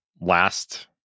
last